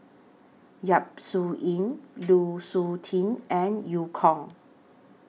Yap Su Yin Lu Suitin and EU Kong